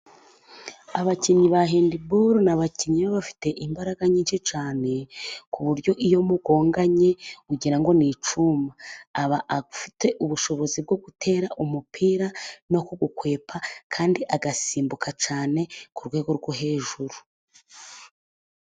Abakinnyi ba hendiboro ni abakinnyi baba bafite imbaraga nyinshi cyane ku buryo iyo mugonganye ugira ngo n'icyuma, aba afite ubushobozi bwo gutera umupira no kuwukwepa, kandi agasimbuka cyane ku rwego rwo hejuru.